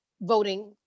voting